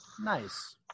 Nice